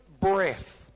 breath